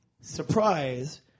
surprise